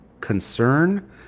concern